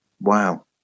wow